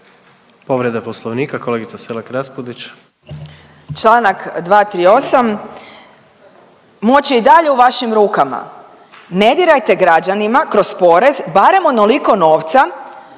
**Selak Raspudić, Marija (Nezavisni)** Članak 238. Moć je i dalje u vašim rukama. Ne dirajte građanima kroz porez barem onoliko novca